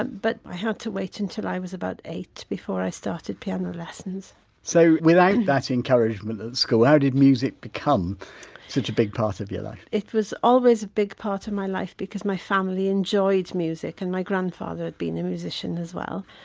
ah but i had to wait until i was about eight before i started piano lessons so, without that encouragement at school, how did music become such a big part of your life? it was always a big part of my life because my family enjoyed music and my grandfather had been a musician as well.